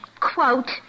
quote